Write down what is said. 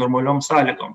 normaliom sąlygom